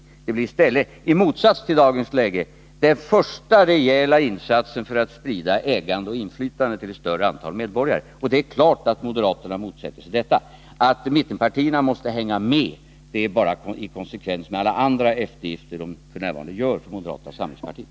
I motsats till förhållandena i dag kommer det att bli den första rejäla insatsen för att sprida ägande och inflytande till ett större antal medborgare. Det är klart att moderaterna motsätter sig detta. Att mittenpartierna måste hänga med är bara i konsekvens med alla andra eftergifter som de f. n. gör för moderata samlingspartiet.